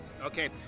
Okay